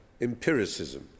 Empiricism